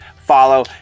Follow